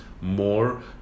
more